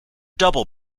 double